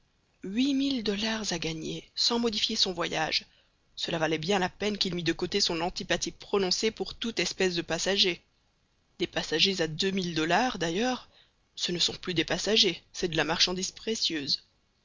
mille dollars à gagner sans modifier son voyage cela valait bien la peine qu'il mît de côté son antipathie prononcée pour toute espèce de passager des passagers à deux mille dollars d'ailleurs ce ne sont plus des passagers c'est de la marchandise précieuse